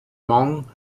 hmong